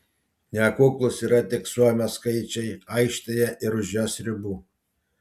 nekuklūs yra tik suomio skaičiai aikštėje ir už jos ribų